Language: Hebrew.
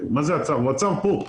הוא עצר כאן.